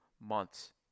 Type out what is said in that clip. months